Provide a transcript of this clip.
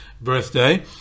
birthday